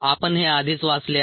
आपण हे आधीच वाचले आहे